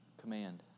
command